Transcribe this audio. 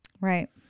Right